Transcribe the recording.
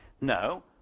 No